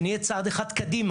כדי שנהיה צעד אחד קדימה